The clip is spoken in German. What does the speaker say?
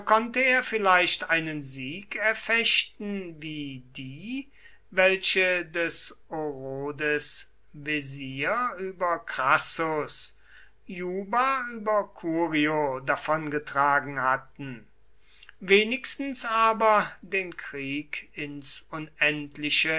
konnte er vielleicht einen sieg erfechten wie die welche des orodes wesir über crassus juba über curio davongetragen hatten wenigstens aber den krieg ins unendliche